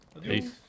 peace